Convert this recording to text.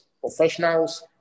professionals